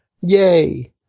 Yay